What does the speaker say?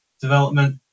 development